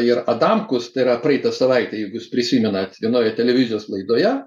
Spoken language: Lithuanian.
ir adamkus tai yra praeitą savaitę jeigu jūs prisimenat vienoje televizijos laidoje